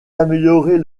d’améliorer